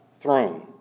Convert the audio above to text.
throne